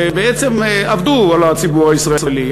שבעצם עבדו על הציבור הישראלי.